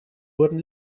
wurden